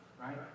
right